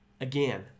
Again